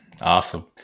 Awesome